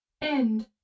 End